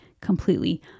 completely